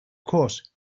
course